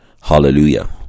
Hallelujah